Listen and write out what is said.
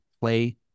play